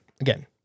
again